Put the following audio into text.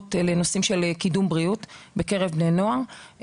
שקשורות לנושאים של קידום בריאות בקרב בני נוער.